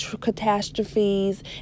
catastrophes